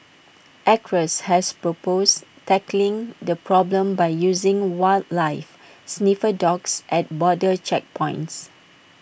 acres has proposed tackling the problem by using wildlife sniffer dogs at border checkpoints